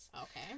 Okay